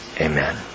Amen